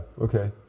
Okay